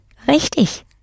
Richtig